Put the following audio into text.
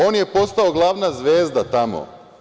On je postao glavna zvezda tamo.